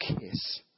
kiss